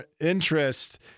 interest